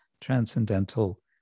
transcendental